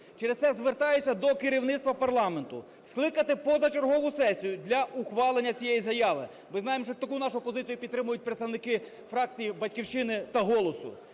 Через це звертаюсь до керівництва парламенту скликати позачергову сесію для ухвалення цієї заяви. Ми знаємо, що таку нашу позицію підтримують представники фракції "Батьківщина" та "Голос".